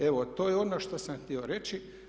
Evo, to je ono što sam htio reći.